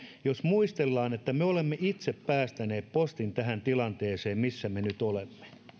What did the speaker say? muistellaan että me olemme itse päästäneet postin tähän tilanteeseen missä me nyt olemme